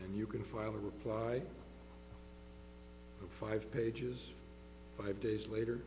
and you can file a reply to five pages five days later